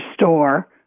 store